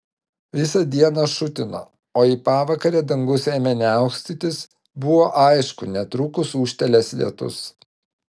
visą dieną šutino o į pavakarę dangus ėmė niaukstytis buvo aišku netrukus ūžtelės lietus